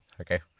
Okay